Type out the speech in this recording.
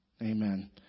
Amen